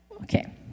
Okay